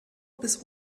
bis